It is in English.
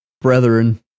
brethren